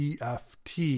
EFT